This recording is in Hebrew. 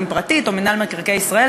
אם פרטית או מינהל מקרקעי ישראל,